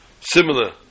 similar